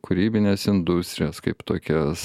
kūrybines industrijas kaip tokias